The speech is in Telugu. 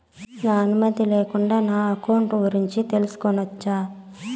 నా అనుమతి లేకుండా నా అకౌంట్ గురించి తెలుసుకొనొచ్చా?